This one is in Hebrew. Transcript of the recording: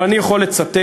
אבל אני יכול לצטט,